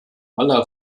aller